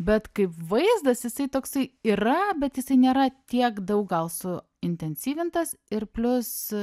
bet kaip vaizdas jisai toksai yra bet jisai nėra tiek daug gal su intensyvintas ir plius